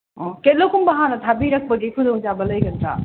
ꯑꯣ ꯀꯦꯇꯂꯣꯛꯀꯨꯝꯕ ꯍꯥꯟꯅ ꯊꯥꯕꯤꯔꯀꯄꯒꯤ ꯈꯨꯗꯣꯡꯆꯥꯕ ꯂꯩꯒꯗ꯭ꯔ